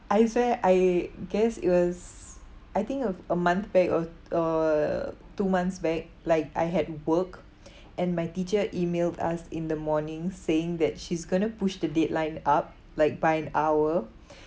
I swear I guess it was I think a a month back or or two months back like I had work and my teacher emailed us in the morning saying that she's going to push the deadline up like by an hour